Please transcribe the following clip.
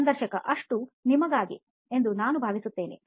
ಸಂದರ್ಶಕ ಅಷ್ಟು ನಿಮಗಾಗಿ ಎಂದು ನಾನು ಭಾವಿಸುತ್ತೇನೆ